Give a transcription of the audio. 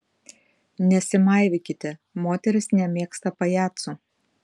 nesimaivykite moterys nemėgsta pajacų